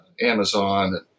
Amazon